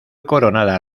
coronada